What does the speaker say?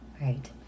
right